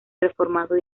reformado